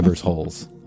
holes